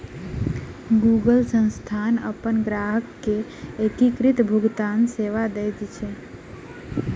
Google संस्थान अपन ग्राहक के एकीकृत भुगतान सेवा दैत अछि